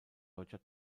deutscher